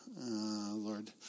Lord